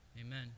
Amen